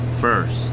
first